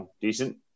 decent